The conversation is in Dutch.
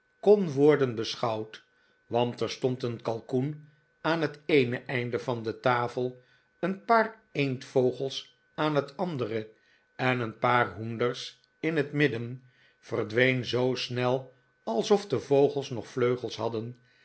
kon worden beschouwd want er stond een kalkoen aan het eene einde van de tafel een paar eendvbgels aan het andere en een paar hoenders in het midden verdween zoo snel alsof de vogels nog vleugels hadden